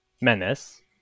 Menace